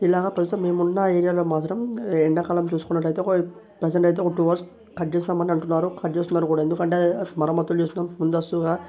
ఇలా ప్రస్తుతం మేమున్న ఏరియాలో మాత్రం ఎండాకాలం చూసుకున్నట్లయితే ఒక ప్రజెంట్ అయితే ఒక టూ అవర్స్ కట్ చేస్తామని అంటున్నారు కట్ చేస్తున్నారు కూడా ఎందుకంటే మరమత్తులు చేస్తున్నాం ముందస్తుగా